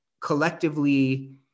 collectively